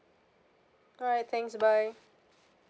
alright thanks bye